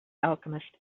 alchemist